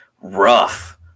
rough